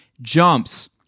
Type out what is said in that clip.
Jumps